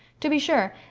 to be sure,